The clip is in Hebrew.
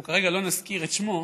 אנחנו כרגע לא נזכיר את שמו,